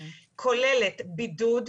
האלימות הזו כוללת בידוד,